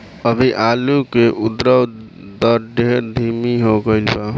अभी आलू के उद्भव दर ढेर धीमा हो गईल बा